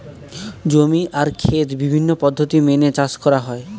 জমি আর খেত বিভিন্ন পদ্ধতি মেনে চাষ করা হয়